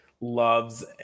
loves